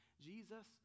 jesus